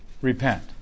repent